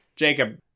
Jacob